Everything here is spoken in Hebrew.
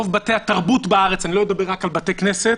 ברוב בתי התרבות בארץ אני לא מדבר רק על בתי כנסת